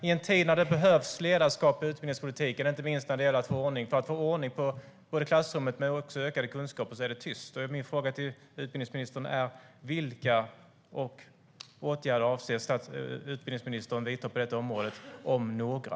I en tid när det behövs ledarskap i utbildningspolitiken, inte minst för att få ordning i klassrummet men också för att få ökade kunskaper, är det tyst. Min fråga till utbildningsministern är: Vilka åtgärder avser utbildningsministern att vidta på detta område, om några?